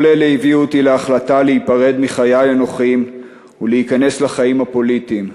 כל אלה הביאו אותי להחלטה להיפרד מחיי הנוחים ולהיכנס לחיים הפוליטיים,